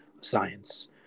science